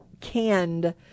canned